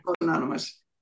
Anonymous